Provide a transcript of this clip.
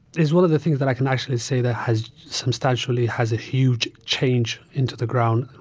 is one of the things that i can actually say that has substantially has a huge change into the ground.